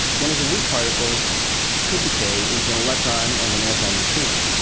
one of the weak particles could decay into an electron and an antineutrino,